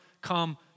come